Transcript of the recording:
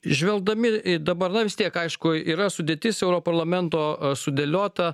žvelgdami į dabar na vistiek aišku yra sudėtis europarlamento sudėliota